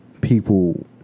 people